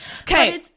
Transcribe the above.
Okay